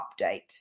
updates